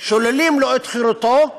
שוללים לו את חירותו,